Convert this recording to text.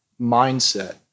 mindset